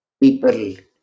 people